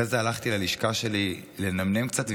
אחרי זה הלכתי ללשכה שלי לנמנם קצת,